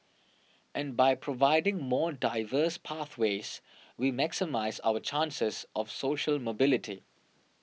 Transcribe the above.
and by providing more diverse pathways we maximise our chances of social mobility